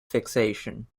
fixation